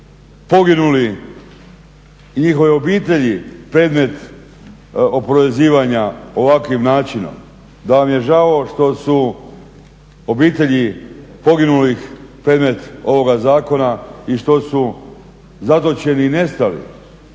poginuli i njihove obitelji predmet oporezivanja ovakvim načinom, da vam je žao što su obitelji poginulih predmet ovog zakona i što su zatočeni i nestali